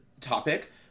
topic